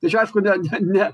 ir čia aišku ne ne